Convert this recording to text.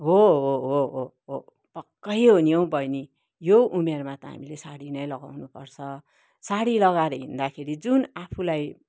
हो हो हो हो पक्कै हो नि हौ बहिनी यो उमेरमा त हामीले सारी नै लगाउनु पर्छ सारी लगाएर हिँड्दाखेरि जुन आफूलाई